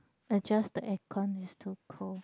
adjust the aircon it's too cold